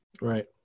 right